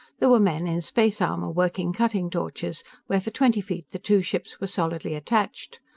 there were men in space armor working cutting-torches where for twenty feet the two ships were solidly attached.